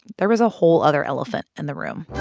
there was a whole other elephant in the room